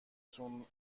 تون